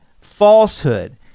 falsehood